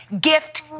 gift